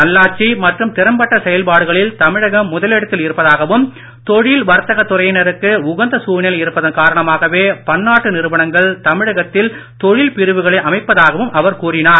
நல்லாட்சி மற்றும் திறம்பட்ட செயல்பாடுகளில் தமிழகம் முதலிடத்தில் இருப்பதாகவும் தொழில் வர்த்தக துறையினருக்கு உகந்த சூழ்நிலை இருப்பதன் காரணமாகவே பன்னாட்டு நிறுவனங்கள் தமிழகத்தில் தொழில் பிரிவுகளை அமைப்பதாகவும் அவர் கூறினார்